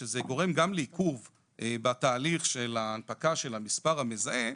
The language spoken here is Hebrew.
שזה גורם גם לעיכוב בתהליך של ההנפקה של המספר המזהה,